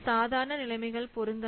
சாதாரண நிலைமைகள் பொருந்தாது